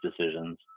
decisions